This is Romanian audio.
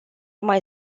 mai